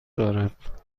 دارد